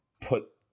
put